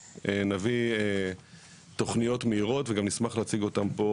נביא תכניות מהירות וגם נשמח להציג אותן פה,